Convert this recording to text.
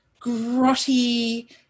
grotty